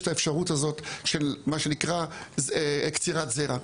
את האפשרות הזאת של מה שנקרא קצירת זרע.